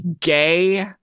gay